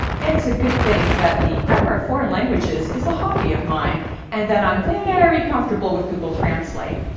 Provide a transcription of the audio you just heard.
it's a good thing that the grammar of foreign languages is a hobby of mine and that i'm very comfortable with google translate.